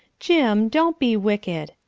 jim, don't be wicked,